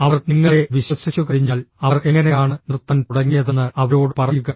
അവർ നിങ്ങളെ വിശ്വസിച്ചുകഴിഞ്ഞാൽ അവർ എങ്ങനെയാണ് നിർത്താൻ തുടങ്ങിയതെന്ന് അവരോട് പറയുക